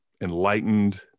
enlightened